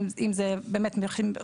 אם זה רלוונטי.